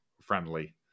friendly